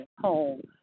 home